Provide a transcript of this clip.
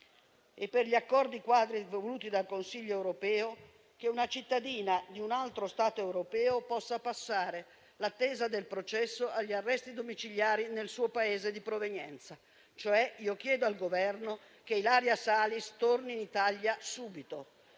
e per gli accordi voluti dal Consiglio europeo, che è una cittadina di un altro Stato europeo possa passare l'attesa del processo agli arresti domiciliari nel suo Paese di provenienza, cioè chiedo al Governo che Ilaria Salis torni in Italia subito